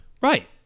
Right